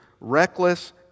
reckless